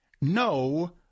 No